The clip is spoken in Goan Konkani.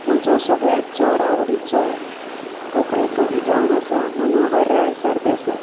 म्हजो सगळ्यांत चड आवडीचो कोंकणी कवी जावन आसा मनोहरराय सरदेसाय